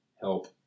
help